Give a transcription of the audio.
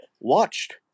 watched